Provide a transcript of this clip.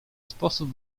sposób